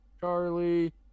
Charlie